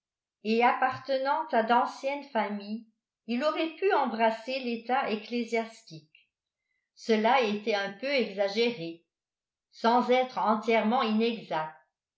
et appartenant à d'anciennes familles il aurait pu embrasser l'état ecclésiastique cela était un peu exagéré sans être entièrement inexact